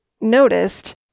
noticed